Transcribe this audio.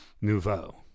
Nouveau